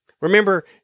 Remember